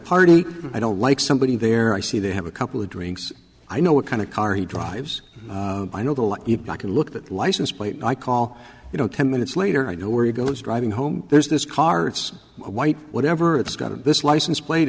party i don't like somebody there i see they have a couple of drinks i know what kind of car he drives i know the law you can look at the license plate i call you know ten minutes later i know where he goes driving home there's this car it's white whatever it's got to this license plate